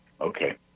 Okay